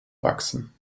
wachsen